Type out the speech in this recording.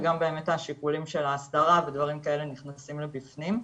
וגם באמת השיקולים של ההסדרה ודברים כאלה נכנסים בפנים.